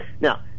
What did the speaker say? now